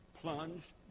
plunged